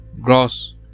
Gross